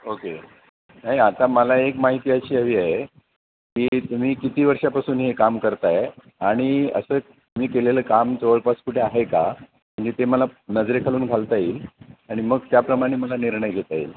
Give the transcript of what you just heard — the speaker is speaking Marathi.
ओके नाही आता मला एक माहिती अशी हवी आहे की तुम्ही किती वर्षापासून हे काम करताय आणि असं तुम्ही केलेलं काम जवळपास कुठे आहे का म्हणजे ते मला नजरेखालून घालता येईल आणि मग त्याप्रमाणे मला निर्णय घेता येईल